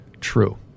true